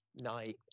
night